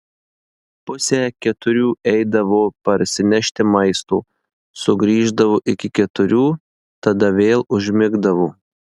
pusę keturių eidavo parsinešti maisto sugrįždavo iki keturių tada vėl užmigdavo